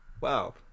Wow